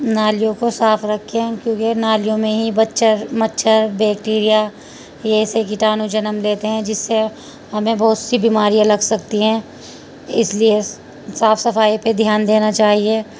نالیوں کو صاف رکھےیں کیونکہ نالیوں میں ہی مچھر مچھر بیکٹییریا یہسے کیٹانو جنم لیتے ہیں جس سے ہمیں بہت سی بیماریاں لگ سکتی ہیں اس لیے صاف صفائی پہ دھیان دینا چاہیے